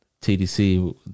TDC